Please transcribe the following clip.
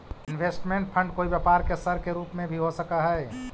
investment fund कोई व्यापार के सर के रूप में भी हो सकऽ हई